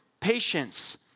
patience